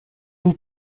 vous